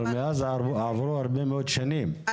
אבל מאז עברו הרבה מאוד שנים,